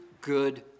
good